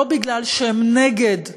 לא כי הם נגד חרדים.